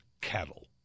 cattle